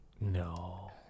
No